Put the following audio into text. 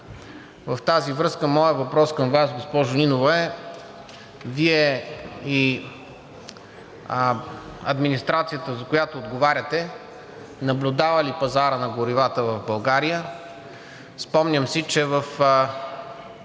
В тази връзка моят въпрос към Вас, госпожо Нинова, е: Вие и администрацията, за която отговаряте, наблюдава ли пазара на горивата в България?